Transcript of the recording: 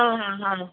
ହଁ ହଁ ହଁ